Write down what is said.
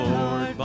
Lord